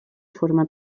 forma